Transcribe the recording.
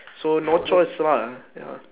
so no choice lah ya